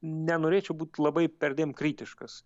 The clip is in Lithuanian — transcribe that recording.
nenorėčiau būt labai perdėm kritiškas